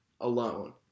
alone